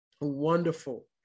wonderful